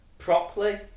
properly